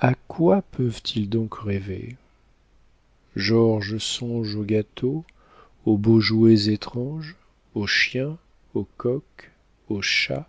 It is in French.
à quoi peuvent-ils donc rêver georges songe aux gâteaux aux beaux jouets étranges au chien au coq au chat